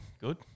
good